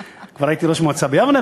כבר הייתי ראש המועצה ביבנה,